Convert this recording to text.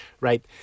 right